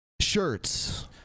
Shirts